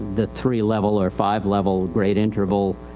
the three level or five level grade interval,